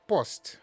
Post